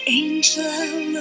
angel